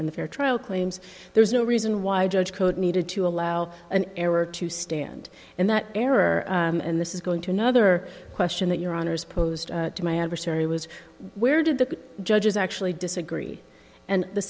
the fair trial claims there's no reason why judge code needed to allow an error to stand in that error and this is going to another question that your honour's posed to my adversary was where did the judges actually disagree and the